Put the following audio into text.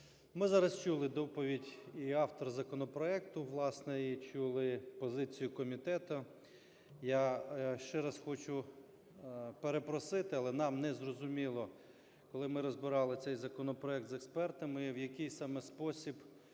Ми зараз чули доповідь і автора законопроекту, власне, і чули позицію комітету. Я ще раз хочу перепросити, але нам не зрозуміло, коли ми розбирали цей законопроект з експертами, в який саме спосіб